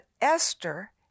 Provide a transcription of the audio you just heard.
Esther